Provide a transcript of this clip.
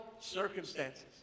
circumstances